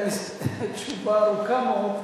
תשובה ארוכה מאוד,